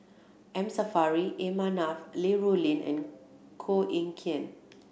M Saffri A Manaf Li Rulin and Koh Eng Kian